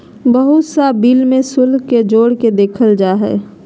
बहुत सा बिल में शुल्क के जोड़ के देखल जा हइ